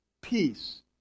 peace